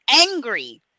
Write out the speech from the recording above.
angry